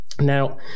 Now